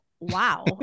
wow